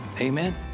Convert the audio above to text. Amen